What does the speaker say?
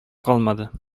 калмады